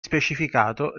specificato